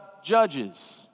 judges